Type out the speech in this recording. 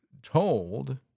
Told